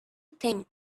thing